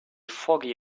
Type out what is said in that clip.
foggy